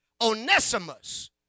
Onesimus